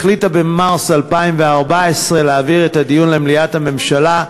החליטה במרס 2014 להעביר את הדיון למליאת הממשלה.